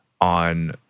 on